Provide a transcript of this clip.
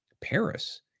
Paris